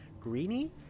Greeny